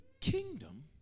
kingdom